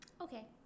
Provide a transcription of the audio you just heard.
Okay